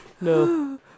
No